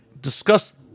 discuss